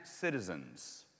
citizens